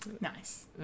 Nice